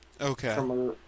Okay